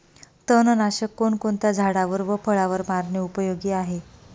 तणनाशक कोणकोणत्या झाडावर व फळावर मारणे उपयोगी आहे?